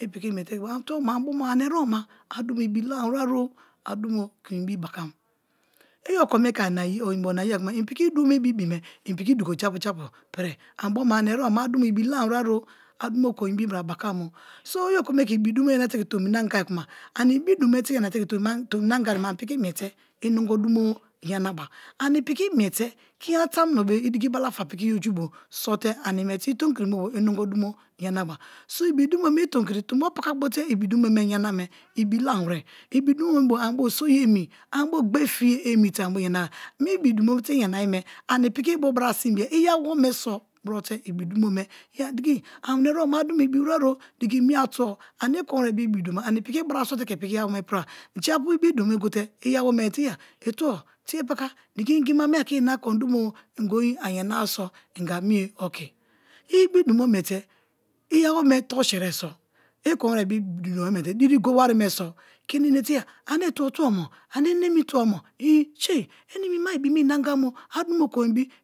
I piki miete ani tubo ma a dumo ibi lam-were o a dumo kon ibi bakam i okonu ke ani na inbo na ye kuma i piki i bu me bo ibime i piki dugo japu japu pirie ani boma ani erebo ma a dumo ibi lamawen-o a dumo ken ibi bra bakamo so i okome ke ibi dumo yanate ke tomina anga kuma ani ibi dumo me te i yarate ke tomi na anga yeme ani piki miete kiniyana tamuno be diki balafa i ojubio sote ani miete i tomikiri me bio i nogo dumo yanaba ani piki miete kiniyana tamuno be diki balafa i ojubio sote ani miete i tomikiri me bio i nogodu mo yanaba. So ibi dumo mi tomikiri tombo pakabote ibi dumo me bo anibo soye emi ani bo gbe fiye emi te ani bio ya na, mi ibidumo me te iyana ye me ani piki i bu brasin bia iyawome so brote ibi dumo me ya diki ani erebo ma a dumo ibiwere-o diki me atubo ani i kon were be ibi dumo me ani piki bra sua te ke rawome piriba, japu ibidumo go iyawome ye itubo tie paka diki ingo oin ayana-a so inga mie oki. Ibi dumo miete iyawome toru berie so i kon were bo ibidumo mo miete diri wari me so kini inate iya ane tubo-tubo mo ane enemi tubo-a mo in oh enimi ma a ibima ini na anga mo